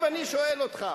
שואל אותך: